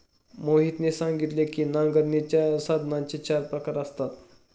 मोहितने सांगितले की नांगरणीच्या साधनांचे चार प्रकार असतात